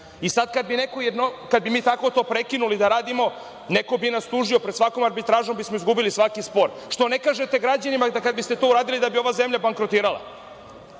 Kada bismo to prekinuli da radimo, neko bi nas tužio, pred svakom arbitražom bismo izgubili svaki spor. Što ne kažete građanima da kada biste to uradili da bi ova zemlja bankrotirala.